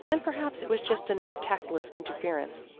and perhaps it was just another tactless interference.